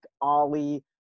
Ollie